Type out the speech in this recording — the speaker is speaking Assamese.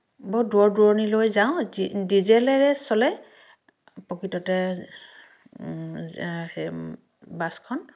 বহুত দূৰৰ দূৰণিলৈ যাওঁ ডিজেলেৰে চলে প্ৰকৃততে বাছখন